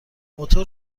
موتور